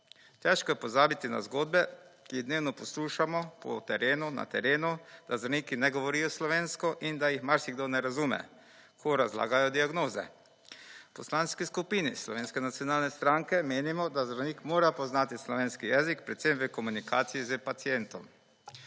Težko je pozabiti na zgodbe, ki jih dnevno poslušamo po terenu, na terenu, da zdravniki ne govorijo slovensko in da jih marsikdo ne razume, ko razlagajo diagnoze. V Poslanski skupini Slovenske nacionalne stranke menimo, da zdravnik mora poznati slovenski jezik, predvsem v komunikaciji z pacientom.